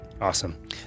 Awesome